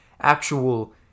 actual